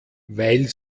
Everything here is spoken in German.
weil